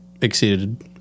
exceeded